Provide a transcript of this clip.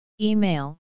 Email